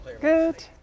Good